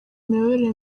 imiyoborere